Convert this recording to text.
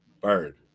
bird